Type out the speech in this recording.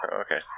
Okay